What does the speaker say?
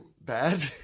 bad